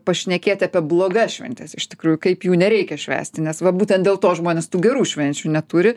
pašnekėti apie blogas šventes iš tikrųjų kaip jų nereikia švęsti nes va būtent dėl to žmonės tų gerų švenčių neturi